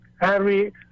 Harry